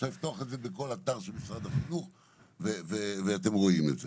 אפשר לפתוח את זה בכל אתר של משרד החינוך ואתם רואים את זה.